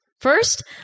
First